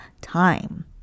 time